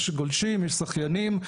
יש גולשים, יש שחיינים.